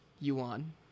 yuan